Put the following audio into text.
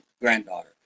granddaughter